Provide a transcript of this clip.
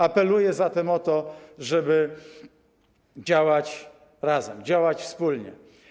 Apeluję zatem o to, żeby działać razem, działać wspólnie.